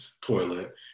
toilet